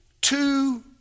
two